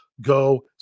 go